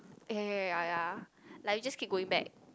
eh ya ya ya ya ya like you just keep going back